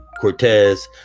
Cortez